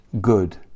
good